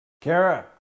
Kara